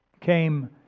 came